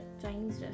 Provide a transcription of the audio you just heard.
Chinese